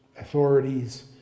authorities